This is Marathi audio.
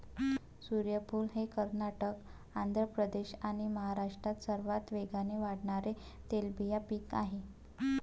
सूर्यफूल हे कर्नाटक, आंध्र प्रदेश आणि महाराष्ट्रात सर्वात वेगाने वाढणारे तेलबिया पीक आहे